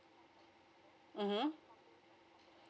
mmhmm